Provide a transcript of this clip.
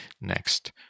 next